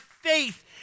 faith